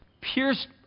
pierced